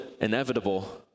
inevitable